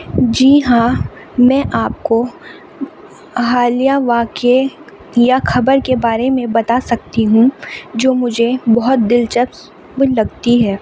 جی ہاں میں آپ کو حالیہ واقعے یا خبر کے بارے میں بتا سکتی ہوں جو مجھے بہت دلچسپ لگتی ہے